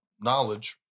knowledge